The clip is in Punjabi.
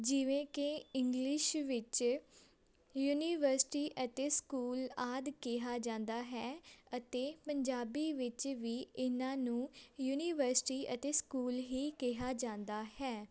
ਜਿਵੇਂ ਕਿ ਇੰਗਲਿਸ਼ ਵਿੱਚ ਯੂਨੀਵਰਸਿਟੀ ਅਤੇ ਸਕੂਲ ਆਦਿ ਕਿਹਾ ਜਾਂਦਾ ਹੈ ਅਤੇ ਪੰਜਾਬੀ ਵਿੱਚ ਵੀ ਇਹਨਾਂ ਨੂੰ ਯੂਨੀਵਰਸਿਟੀ ਅਤੇ ਸਕੂਲ ਹੀ ਕਿਹਾ ਜਾਂਦਾ ਹੈ